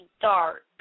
dark